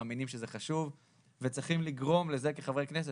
מאמינים שזה חשוב וצריכים לגרום לזה כחברי כנסת